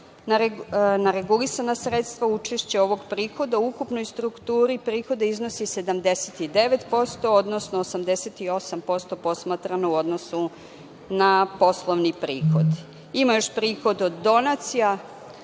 na regulisana sredstva učešća ovog prihoda, u ukupnoj strukturi prihoda iznosi 79%, odnosno 88% posmatrano u odnosu na poslovni prihod. Ima još prihod od donacija,